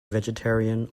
vegetarian